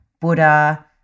Buddha